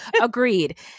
Agreed